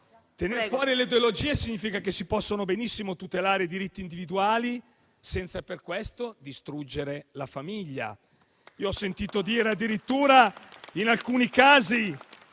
Tener fuori le ideologie significa che si possono benissimo tutelare i diritti individuali senza per questo distruggere la famiglia. In alcuni casi